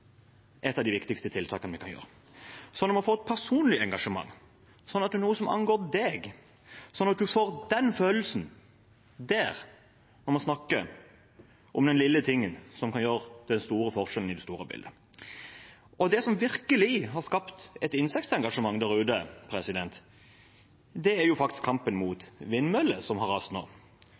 et av de viktigste tiltakene vi kan gjøre, sånn at man får et personlig engasjement, sånn at det er noe som angår en, sånn at man får den følelsen «der» når man snakker om den lille tingen som kan gjøre den store forskjellen i det store bildet. Og det som virkelig har skapt et insektengasjement der ute, er jo faktisk kampen mot vindmøller som har rast nå,